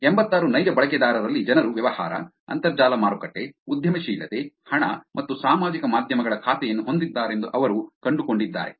ಎಂಭತ್ತಾರು ನೈಜ ಬಳಕೆದಾರರಲ್ಲಿ ಜನರು ವ್ಯವಹಾರ ಅಂತರ್ಜಾಲ ಮಾರುಕಟ್ಟೆ ಉದ್ಯಮಶೀಲತೆ ಹಣ ಮತ್ತು ಸಾಮಾಜಿಕ ಮಾಧ್ಯಮಗಳ ಖಾತೆಯನ್ನು ಹೊಂದಿದ್ದಾರೆಂದು ಅವರು ಕಂಡುಕೊಂಡಿದ್ದಾರೆ